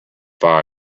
fire